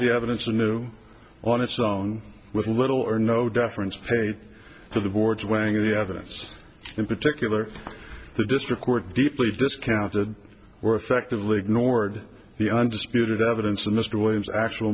the evidence and move on its own with little or no deference paid to the board's weighing the evidence in particular the district court deeply discounted were effectively ignored the undisputed evidence of mr williams actual